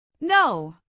No